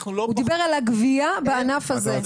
הוא דיבר על הגבייה בענף הזה.